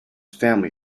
family